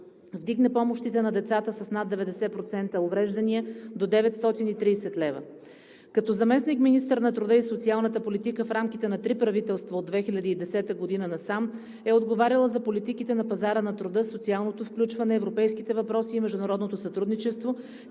Вдигна помощите на децата с над 90% увреждания до 930 лв. Като заместник-министър на труда и социалната политика в рамките на три правителства от 2010 г. насам е отговаряла за политиките на пазара на труда, социалното включване, европейските въпроси и международното сътрудничество,